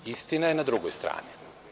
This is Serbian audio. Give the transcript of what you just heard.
Istina je na drugoj strani.